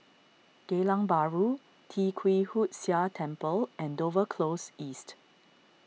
Geylang Bahru Tee Kwee Hood Sia Temple and Dover Close East